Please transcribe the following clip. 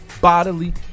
bodily